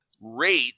rate